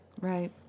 Right